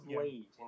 late